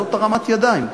זאת הרמת ידיים.